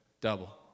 double